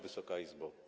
Wysoka Izbo!